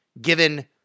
given